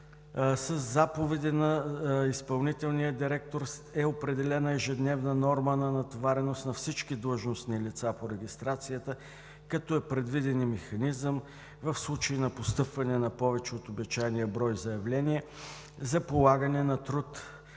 заповед на изпълнителния директор, е определена ежедневна норма на натовареност на всички длъжностни лица по регистрацията като е предвиден и механизъм в случай на постъпване на повече от обичайния брой заявления за полагане на труд